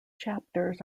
chapters